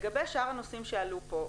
לגבי שאר הנושאים שעלו פה,